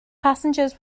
passengers